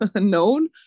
known